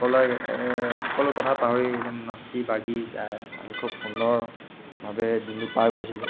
সকলোৱে সকলো কথা পাহৰি একদম নাচি বাগি গাই আমি খুব সুন্দৰভাৱে দিনটো পাৰ কৰিছিলো